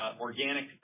organic